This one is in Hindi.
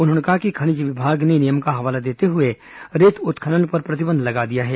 उन्होंने कहा कि खनिज विभाग ने नियमों का हवाला देते हुए रेत उत्खन्न पर प्रतिबंध लगा दिया है